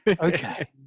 Okay